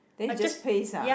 then you just paste ah